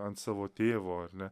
ant savo tėvo ar ne